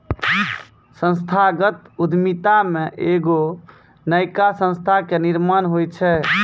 संस्थागत उद्यमिता मे एगो नयका संस्था के निर्माण होय छै